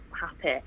happy